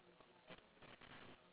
okay bless you